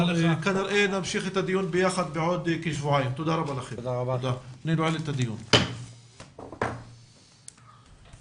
הישיבה ננעלה בשעה 13:40.